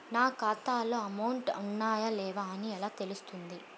నా ఖాతాలో అమౌంట్ ఉన్నాయా లేవా అని ఎలా తెలుస్తుంది?